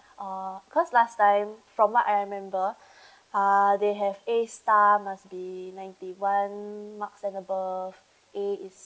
uh cause last time from what I remember uh they have A star must be ninety one marks and above A is